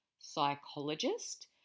psychologist